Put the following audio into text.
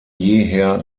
jeher